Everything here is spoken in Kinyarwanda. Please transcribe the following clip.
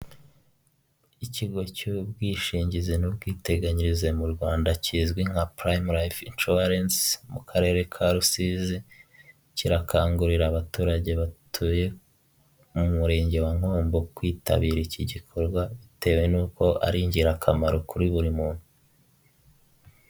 Ikigo cy'ubwishingizi n'ubwiteganyirize mu Rwanda kizwi nka purayime rayife inshuwarense mu karere ka rusizi kirakangurira abaturage batuye mu murenge wa Nkombo, kwitabira iki gikorwa bitewe n'uko ari ingirakamaro kuri buri muntu.